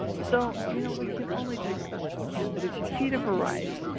so you know, we can only do the best we can, but if you feed a variety,